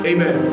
Amen